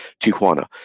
Tijuana